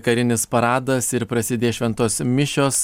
karinis paradas ir prasidės šventos mišios